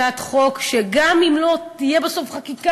הצעת חוק שגם אם בסוף לא תתקבל כחקיקה,